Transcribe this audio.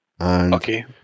Okay